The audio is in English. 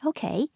Okay